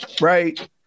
right